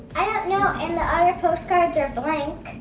i don't know, and the other postcards are blank.